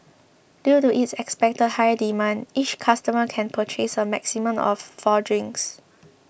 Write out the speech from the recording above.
due to expected high demand each customer can purchase a maximum of four drinks